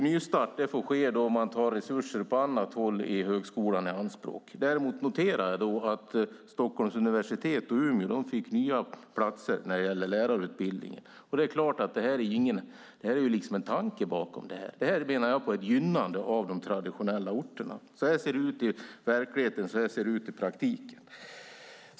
Nystart får ske om man tar resurser på annat håll i högskolan i anspråk. Jag noterar däremot att Stockholms universitet och Umeå fick nya platser när det gällde lärarutbildningen. Det är en tanke bakom det här. Jag menar att det är ett gynnande av de traditionella orterna. Så här ser det ut i verkligheten. Så här ser det ut i praktiken.